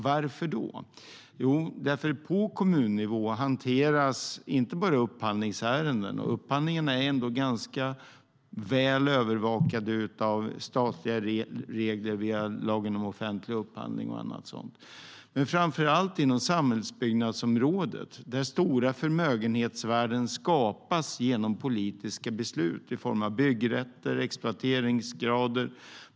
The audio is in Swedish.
Varför? Jo, därför att på kommunnivå hanteras inte bara upphandlingsärenden. Upphandlingen är ändå ganska väl övervakad av statliga regler - vi har lagen om offentlig upphandling och annat sådant. Där hanteras framför allt ärenden inom samhällsbyggnadsområdet, där stora förmögenhetsvärden skapas genom politiska beslut i form av byggrätter och exploateringsgrader.